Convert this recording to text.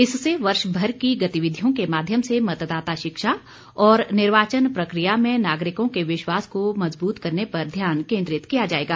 इससे वर्ष भर की गतिविधियों के माध्यम से मतदाता शिक्षा और निर्वाचन प्रक्रिया में नागरिकों के विश्वास को मजबूत करने पर ध्यान केन्द्रित किया जाएगा